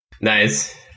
Nice